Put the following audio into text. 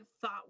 thought